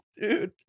Dude